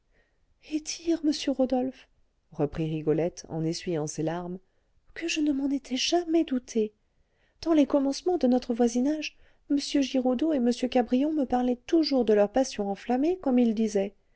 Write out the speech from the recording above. dire monsieur rodolphe reprit rigolette en essuyant ses larmes que je ne m'en étais jamais doutée dans les commencements de notre voisinage m giraudeau et m cabrion me parlaient toujours de leur passion enflammée comme ils disaient